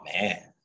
man